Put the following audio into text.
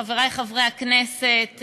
חברי חברי הכנסת,